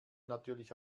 natürlich